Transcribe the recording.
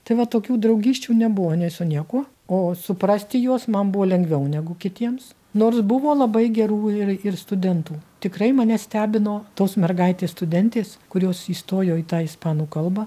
tai va tokių draugysčių nebuvo nei su niekuo o suprasti juos man buvo lengviau negu kitiems nors buvo labai gerų ir ir studentų tikrai mane stebino tos mergaitės studentės kurios įstojo į tą ispanų kalbą